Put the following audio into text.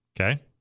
okay